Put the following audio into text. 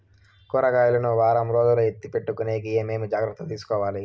కూరగాయలు ను వారం రోజులు ఎత్తిపెట్టుకునేకి ఏమేమి జాగ్రత్తలు తీసుకొవాలి?